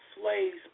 slaves